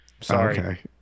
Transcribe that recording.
Sorry